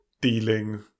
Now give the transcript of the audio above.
dealing